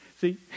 See